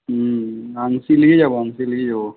হুম আঙশি নিয়ে যাব আঙশি নিয়ে যাব